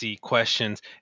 questions